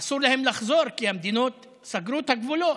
אסור להם לחזור כי המדינות סגרו את הגבולות.